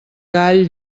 gall